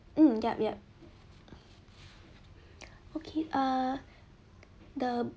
mm yup yup okay err the